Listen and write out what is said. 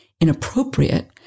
inappropriate